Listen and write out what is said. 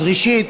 אז ראשית,